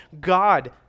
God